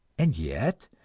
and yet,